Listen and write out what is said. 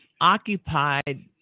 occupied